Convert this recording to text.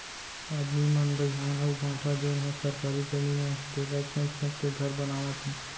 आदमी मन दइहान अउ भाठा जेन हर सरकारी जमीन अय तेला छेंक छेंक के घर बनावत हें